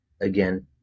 again